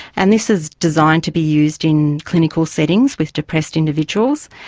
and this is designed to be used in clinical settings with depressed individuals.